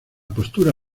postura